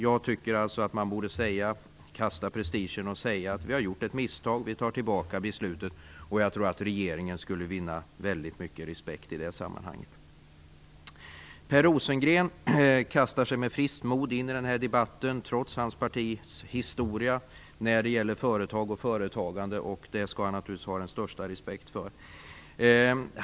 Jag tycker alltså att man borde kasta prestigen och säga att man har gjort ett misstag och att man tar tillbaka beslutet. Jag tror att regeringen skulle vinna mycket respekt på det. Per Rosengren kastar sig med friskt mod in i den här debatten trots hans partis historia när det gäller företag och företagande. Det har jag naturligtvis den största respekt för.